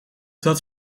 dat